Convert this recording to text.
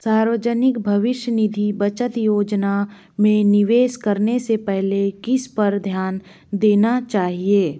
सार्वजनिक भविष्य निधि बचत योजना में निवेश करने से पहले किस पर ध्यान देना चाहिए